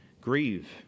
Grieve